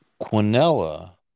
Quinella